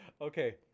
Okay